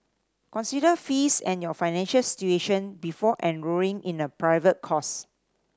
consider fees and your financial situation before enrolling in a private course